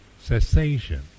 cessation